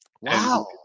Wow